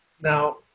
Now